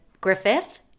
Griffith